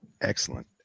excellent